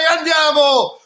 Andiamo